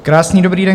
Krásný dobrý den.